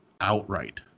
outright